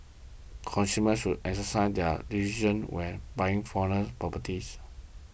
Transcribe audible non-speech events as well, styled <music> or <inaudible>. consumers should exercise due <unintelligible> when buying foreign properties